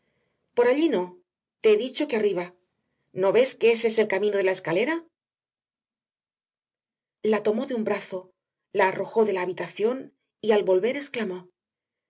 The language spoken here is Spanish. por allí no te he dicho que arriba no ves que ése es el camino de la escalera la tomó de un brazo la arrojó de la habitación y al volver exclamó